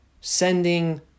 sending